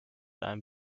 einem